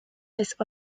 des